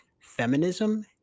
feminism